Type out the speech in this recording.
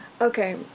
Okay